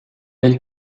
bell